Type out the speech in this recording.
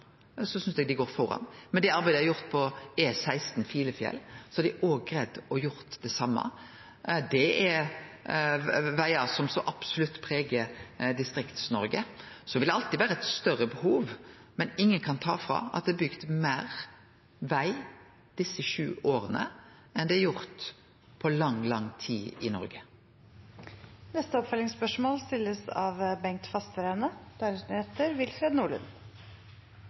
på E16 Filefjell, har dei òg greidd å gjere det same. Det er vegar som så absolutt pregar Distrikts-Noreg. Så vil det alltid vere eit større behov, men ingen kan ta frå nokon at det er bygd meir veg desse sju åra enn det er gjort på lang, lang tid i Noreg. Det åpnes for oppfølgingsspørsmål – først Bengt